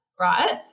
right